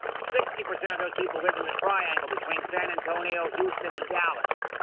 sixty percent of those people live in the triangle between san antonio, houston and dallas.